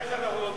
ההצעה להעביר